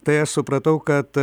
tai aš supratau kad